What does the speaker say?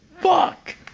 Fuck